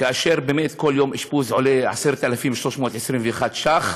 כאשר כל יום אשפוז עולה 10,321 ש"ח,